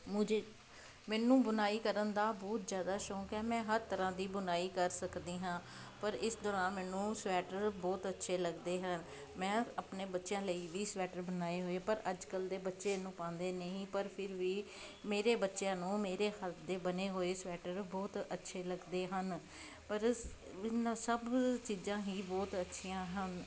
ਮੁੱਝੇ ਮੈਨੂੰ ਬੁਣਾਈ ਕਰਨ ਦਾ ਬਹੁਤ ਜ਼ਿਆਦਾ ਸ਼ੌਂਕ ਹੈ ਮੈਂ ਹਰ ਤਰ੍ਹਾਂ ਦੀ ਬੁਣਾਈ ਕਰ ਸਕਦੀ ਹਾਂ ਪਰ ਇਸ ਦੌਰਾਨ ਮੈਨੂੰ ਸਵੈਟਰ ਬਹੁਤ ਅੱਛੇ ਲੱਗਦੇ ਹੈ ਮੈਂ ਆਪਣੇ ਬੱਚਿਆਂ ਲਈ ਵੀ ਸਵੈਟਰ ਬਣਾਏ ਹੋਏ ਪਰ ਅੱਜ ਕੱਲ੍ਹ ਦੇ ਬੱਚੇ ਇਹਨੂੰ ਪਾਉਂਦੇ ਨਹੀਂ ਪਰ ਫਿਰ ਵੀ ਮੇਰੇ ਬੱਚਿਆਂ ਨੂੰ ਮੇਰੇ ਹੱਥ ਦੇ ਬਣੇ ਹੋਏ ਸਵੈਟਰ ਬਹੁਤ ਅੱਛੇ ਲੱਗਦੇ ਹਨ ਪਰ ਸ ਇਨ੍ਹਾਂ ਸਭ ਚੀਜ਼ਾਂ ਹੀ ਬਹੁਤ ਅੱਛੀਆਂ ਹਨ